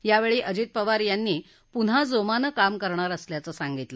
यावेळी अजित पवार यांनी पुन्हा जोमानं काम करणार असल्याचं सांगितलं